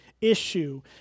issue